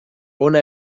hona